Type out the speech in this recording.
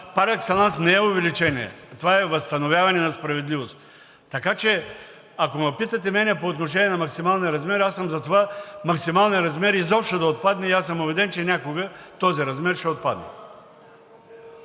парекселанс не е увеличение. Това е възстановяване на справедливост. Така че ако ме питате мен по отношение на максималния размер, аз съм за това максималният размер изобщо да отпадне и аз съм убеден, че някога този размер ще отпадне.